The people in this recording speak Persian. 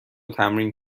تمرین